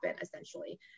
essentially